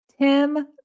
Tim